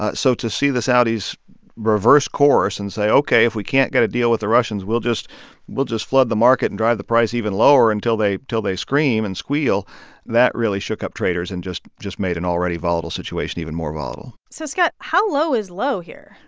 ah so to see the saudis reverse course and say, ok, if we can't get a deal with the russians, we'll just we'll just flood the market and drive the price even lower until they till they scream and squeal that really shook up traders and just just made an already volatile situation even more volatile so scott, how low is low here?